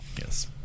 Yes